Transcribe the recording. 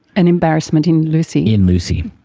an embarrassment in lucy? in lucy,